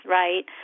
right